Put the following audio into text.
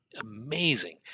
amazing